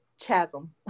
chasm